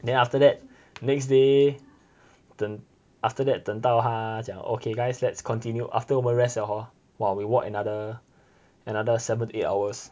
then after that next day 等 after that 等到他讲 okay guys lets continue after 我们 rest liao hor !wah! we walk another another seven to eight hours